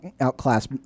outclass